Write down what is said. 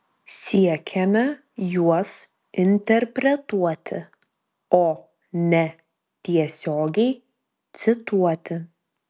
siekiame juos interpretuoti o ne tiesiogiai cituoti